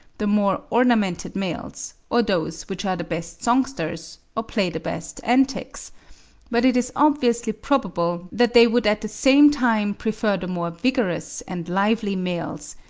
the more ornamented males, or those which are the best songsters, or play the best antics but it is obviously probable that they would at the same time prefer the more vigorous and lively males,